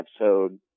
episode